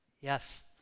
yes